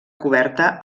coberta